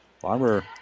Farmer